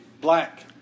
Black